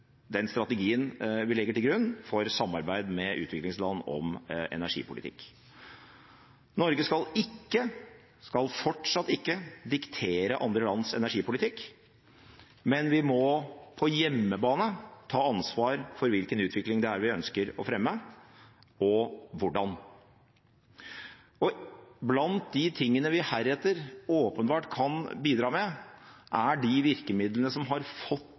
strategien vi legger til grunn for samarbeid med utviklingsland om energipolitikk. Norge skal fortsatt ikke diktere andre lands energipolitikk, men vi må på hjemmebane ta ansvar for hvilken utvikling vi ønsker å fremme, og hvordan. Og blant de tingene vi heretter åpenbart kan bidra med, er de virkemidlene som har fått